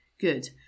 Good